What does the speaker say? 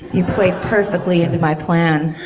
you played perfectly into my plan.